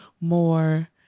more